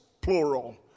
plural